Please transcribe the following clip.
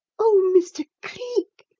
oh, mr. cleek,